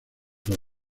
los